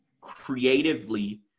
creatively